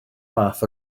fath